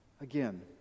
Again